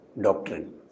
doctrine